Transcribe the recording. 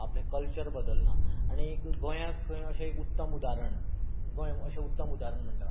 आपलें कल्चर बदलना आनी गोंयाक खंय अशें उत्तम उदारण गोंय अशें उत्तम उदारण म्हणटात